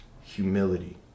humility